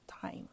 time